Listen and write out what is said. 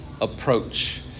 approach